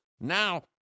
Now